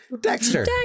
Dexter